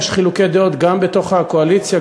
יש חילוקי דעות גם בתוך הקואליציה,